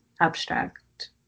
abstract